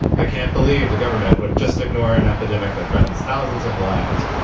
i can't believe the government would just ignore an epidemic that threatens thousands of lives.